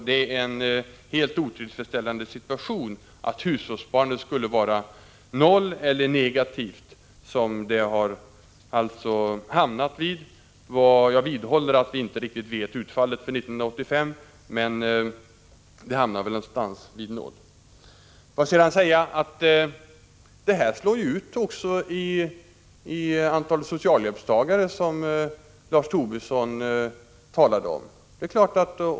Det är en helt otillfredsställande situation att hushållssparandet är noll eller negativt, som det alltså har blivit. Jag upprepar att vi inte riktigt vet utfallet för 1985, men det hamnar väl någonstans vid noll. Det här ger, som Lars Tobisson talade om, utslag i ett ökande antal socialhjälpstagare.